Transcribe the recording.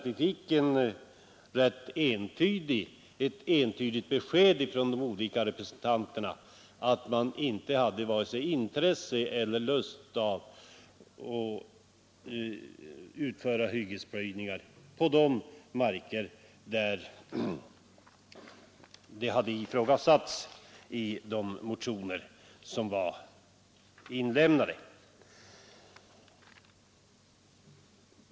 Vi fick ett rätt entydigt besked från de olika representanterna om att de inte hade vare sig intresse av eller lust för att utföra hyggesplöjningar på de marker, beträffande vilka hyggesplöjning ifrågasatts i de väckta motionerna.